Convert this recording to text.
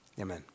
Amen